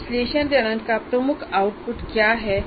तो विश्लेषण चरण का प्रमुख आउटपुट क्या है